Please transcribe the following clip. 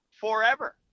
forever